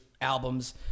albums